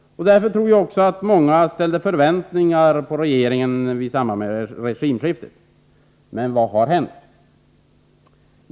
Därför tror jag också att många ställde förväntningar på regeringen i samband med regimskiftet. Men vad har hänt?